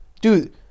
Dude